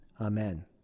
amen